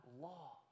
law